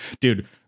dude